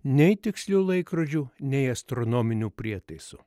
nei tikslių laikrodžių nei astronominių prietaisų